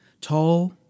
Tall